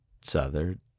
southern